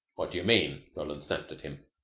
what do you mean? roland snapped at him.